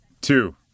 two